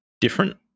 different